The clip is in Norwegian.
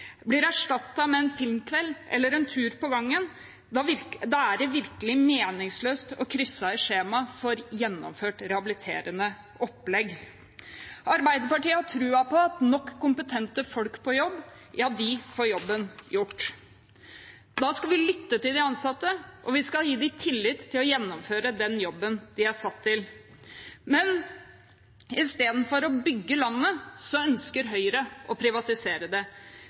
blir erstattet med en filmkveld eller en tur på gangen, er det virkelig meningsløst å krysse av i skjemaer for gjennomført rehabiliterende opplegg. Arbeiderpartiet har troen på at nok kompetente folk på jobb får jobben gjort. Da skal vi lytte til de ansatte, og vi skal gi dem tillit til å gjennomføre den jobben de er satt til. Men istedenfor å bygge landet ønsker Høyre å privatisere det.